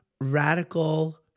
radical